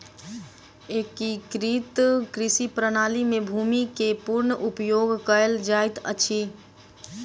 एकीकृत कृषि प्रणाली में भूमि के पूर्ण उपयोग कयल जाइत अछि